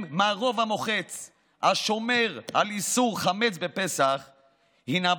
מהרוב המוחץ השומר על איסור חמץ בפסח הינה,